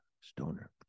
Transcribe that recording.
stoner